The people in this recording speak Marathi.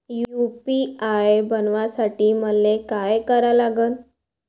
यू.पी.आय बनवासाठी मले काय करा लागन?